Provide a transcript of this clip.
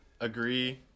agree